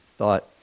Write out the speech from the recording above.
thought